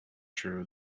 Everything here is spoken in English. true